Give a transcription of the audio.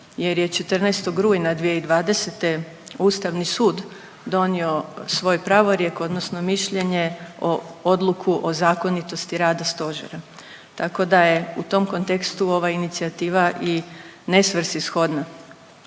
jer je 14. rujna 2020. Ustavni sud donio svoj pravorijek odnosno mišljenje, odluku o zakonitosti rada stožera, tako da je u tom kontekstu ova inicijativa i nesvrsishodna.